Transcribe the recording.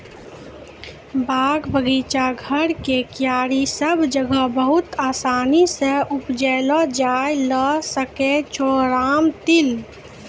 बाग, बगीचा, घर के क्यारी सब जगह बहुत आसानी सॅ उपजैलो जाय ल सकै छो रामतिल